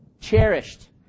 cherished